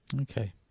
Okay